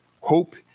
Hope